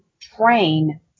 train